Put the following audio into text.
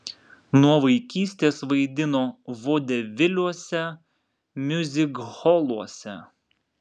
nuo vaikystės vaidino vodeviliuose miuzikholuose